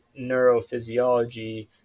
neurophysiology